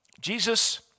Jesus